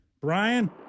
Brian